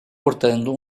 cortando